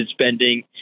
spending